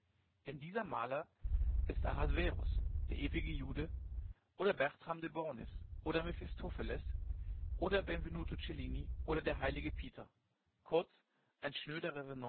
denn dieser maler ist ahasverus der ewige jude oder bertram de bornis oder mephistopheles oder benvenuto cellini oder der heilige peter kurz ein schnöder